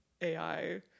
AI